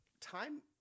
time